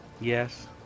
Yes